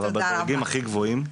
אבל בדרגים הכי גבוהים,